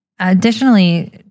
Additionally